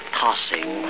tossing